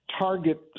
target